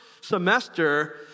semester